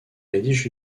rédige